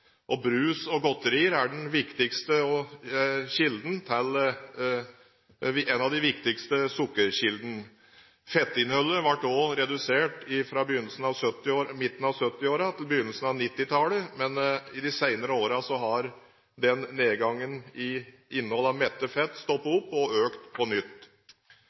Brus og godterier er de viktigste sukkerkildene. Fettinnholdet ble også redusert fra midten av 1970-årene til begynnelsen av 1990-tallet, men i de senere årene har nedgangen i innhold av mettet fett stoppet opp og økt på nytt.